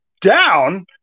down